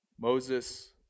Moses